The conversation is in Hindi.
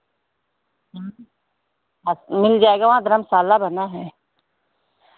हाँ मिल जाएगा वहाँ धर्मशाला बना है